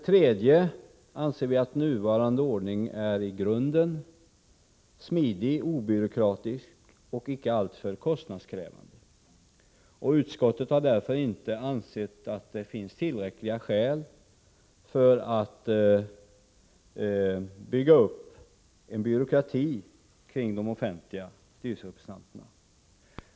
Vidare anser vi att nuvarande ordning i grunden är smidig och obyråkratisk och icke alltför kostnadskrävande. Utskottet har därför inte ansett att det finns tillräckliga skäl för att bygga upp en byråkrati kring de offentliga styrelserepresentanterna.